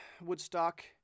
Woodstock